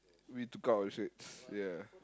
we took out our shirts ya